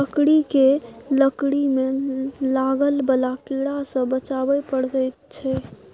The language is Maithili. लकड़ी केँ लकड़ी मे लागय बला कीड़ा सँ बचाबय परैत छै